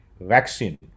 vaccine